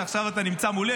שעכשיו אתה נמצא מולי,